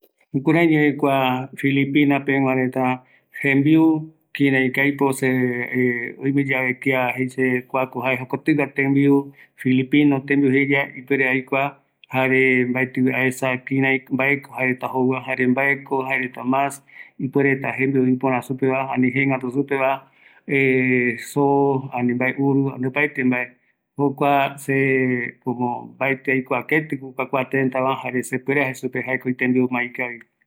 ﻿Jukureivi jae kua Filipina peguareta jembiu kireiko aipo se aguiyeave kia jei se kua ko jae jokotigua tembiu Filipina jeiyave ipuere aikua jare mbaetivi aesa mbaeko jaereta jouva jare jaeko jaereta ma ipuereta jembiu ipora supeva ani jegatu supeva zo ani vae uru ani oparte mbae, jokua se mbaeti aikua keigui kua tetava jare se puere vi jae supe kua itembiu jae ma ikavi